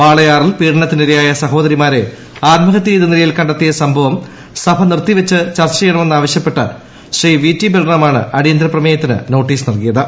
വാളയാറിൽ പീഡുമുത്തിനിരയായ സഹോദരിമാരെ ആത്മഹത്യ ചെയ്ത നിലയിൽ കണ്ടെത്തിയ് സംഭവം സഭ നിർത്തിവച്ച് ചെയ്യണമെന്നാവശ്യപ്പെട്ട് ചർച്ച ആണ് അടിയന്തരപ്രമേയത്തിന് നോട്ടീസ്ക് നൽകിയത്